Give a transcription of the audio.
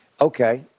Okay